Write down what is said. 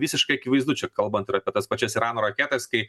visiškai akivaizdu čia kalbant ir apie tas pačias irano raketas kai